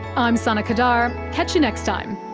i'm sana qadar. catch you next time